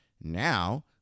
Now